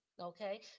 Okay